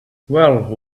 well